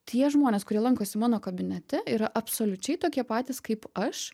tie žmonės kurie lankosi mano kabinete yra absoliučiai tokie patys kaip aš